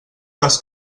les